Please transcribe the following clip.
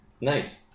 Nice